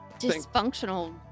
dysfunctional